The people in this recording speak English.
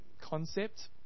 concept